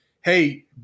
hey